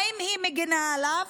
האם היא מגינה עליו?